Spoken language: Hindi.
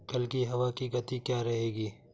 कल की हवा की गति क्या रहेगी?